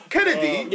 Kennedy